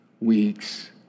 weeks